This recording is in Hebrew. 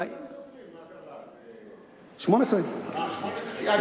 18. אה.